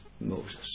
Moses